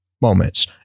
moments